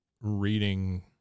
reading